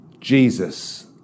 Jesus